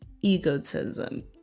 egotism